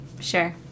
sure